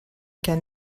can